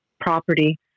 property